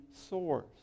source